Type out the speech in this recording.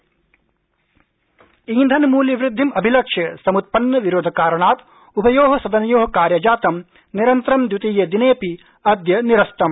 संसद्विराम ईधनमूल्यवृद्धिम् अभिलक्ष्य समृत्यन्नविरोधकारणात् उभयो सदनयो कार्यजातं निरन्तरं द्वितीये दिनेऽपि अद्य निरस्तम्